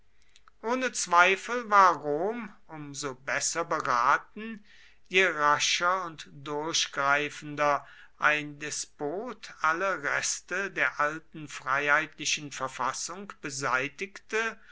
ohne zweifel war rom um so besser beraten je rascher und durchgreifender ein despot alle reste der alten freiheitlichen verfassung beseitigte